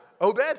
Obed